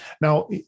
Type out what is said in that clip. Now